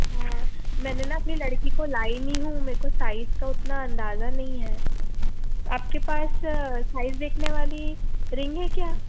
हाँ मैंने ना अपनी लड़की को लाई नहीं हूँ मेरे को साइज़ का उतना अंदाज़ा नहीं है आपके पास साइज़ देखने वाली रिंग है क्या